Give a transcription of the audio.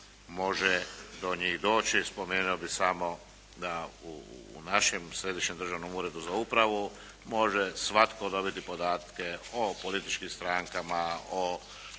može do njih doći. Spomenuo bih samo da u našem Središnjem državnom uredu za upravu može svatko dobiti podatke o političkim strankama, o